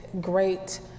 great